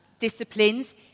disciplines